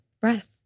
breath